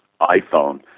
iPhone